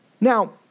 Now